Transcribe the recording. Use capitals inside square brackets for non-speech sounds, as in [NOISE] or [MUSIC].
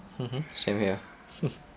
mmhmm same here [LAUGHS]